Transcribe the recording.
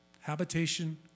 Habitation